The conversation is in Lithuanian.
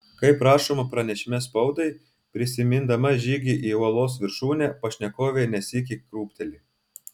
kaip rašoma pranešime spaudai prisimindama žygį į uolos viršūnę pašnekovė ne sykį krūpteli